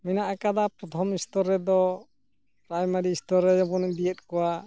ᱢᱮᱱᱟᱜ ᱟᱠᱟᱫᱟ ᱯᱨᱚᱛᱷᱚᱢ ᱥᱛᱚᱨ ᱨᱮᱫᱚ ᱯᱨᱟᱭᱢᱟᱨᱤ ᱥᱛᱚᱨ ᱨᱮᱵᱚᱱ ᱤᱫᱤᱭᱮᱫ ᱠᱚᱣᱟ